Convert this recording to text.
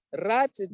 Rat